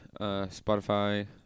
Spotify